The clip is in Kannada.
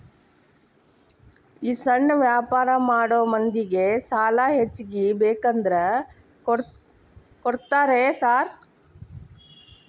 ಈ ಸಣ್ಣ ವ್ಯಾಪಾರ ಮಾಡೋ ಮಂದಿಗೆ ಸಾಲ ಹೆಚ್ಚಿಗಿ ಬೇಕಂದ್ರ ಕೊಡ್ತೇರಾ ಸಾರ್?